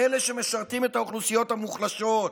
אלה שמשרתים את האוכלוסיות המוחלשות.